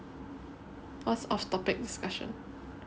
what's off topic discussion